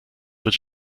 wird